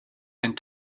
and